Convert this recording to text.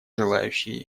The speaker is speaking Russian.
желающие